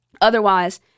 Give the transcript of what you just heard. otherwise